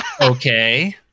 Okay